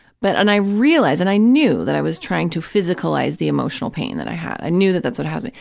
but, and i realized and i knew that i was trying to physicalize the emotional pain that i had. i knew that that's what was happening.